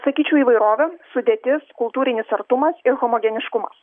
sakyčiau įvairovė sudėtis kultūrinis artumas ir homogeniškumas